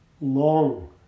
long